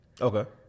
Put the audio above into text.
Okay